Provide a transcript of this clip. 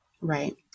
Right